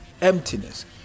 emptiness